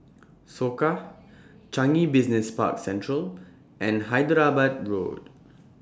Soka Changi Business Park Central and Hyderabad Road